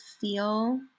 feel